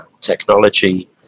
technology